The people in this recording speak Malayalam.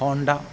ഹോണ്ട